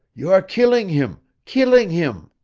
you are killing him killing him